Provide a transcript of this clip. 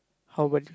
how about